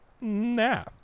nah